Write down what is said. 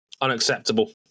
unacceptable